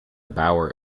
bower